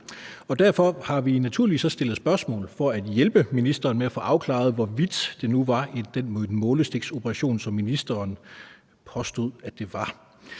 Derfor har vi naturligvis også stillet spørgsmål for at hjælpe ministeren med at få afklaret, hvorvidt det nu var den nålestiksoperation, som ministeren påstod at det var,